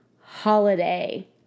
Holiday